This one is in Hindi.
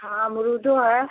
हाँ अमरुद है